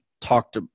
Talked